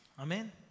Amen